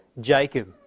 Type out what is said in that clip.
Jacob